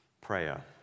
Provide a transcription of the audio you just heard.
prayer